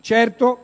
Certo,